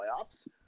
playoffs